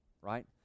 right